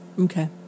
Okay